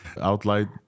outline